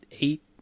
eight